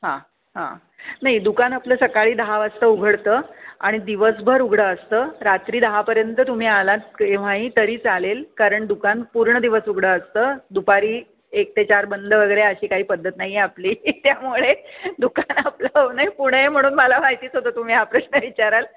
हां हां नाही दुकान आपलं सकाळी दहा वाजता उघडतं आणि दिवसभर उघडं असतं रात्री दहापर्यंत तुम्ही आला केव्हाही तरी चालेल कारण दुकान पूर्ण दिवस उघडं असतं दुपारी एक ते चार बंद वगैरे अशी काही पद्धत नाही आहे आपली त्यामुळे दुकान आपलं नाही पुणे आहे म्हणून मला माहितीच होतं तुम्ही हा प्रश्न विचाराल